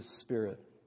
spirit